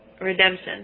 Redemption